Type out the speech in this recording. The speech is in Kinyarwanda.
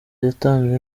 yatanze